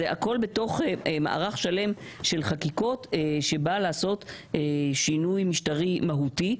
הכול בתוך מערך שלם של חקיקות שבא לעשות שינוי משטרי מהותי.